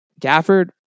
Gafford